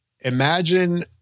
imagine